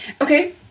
Okay